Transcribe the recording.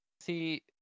See